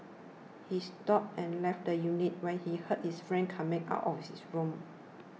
he stopped and left the unit when he heard his friend coming out of his room